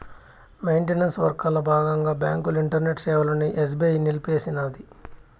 maintenance వర్కల బాగంగా బాంకుల ఇంటర్నెట్ సేవలని ఎస్బీఐ నిలిపేసినాది